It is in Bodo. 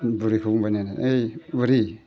बुरिखो बुंबायनो ओइ बुरि